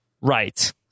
right